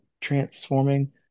transforming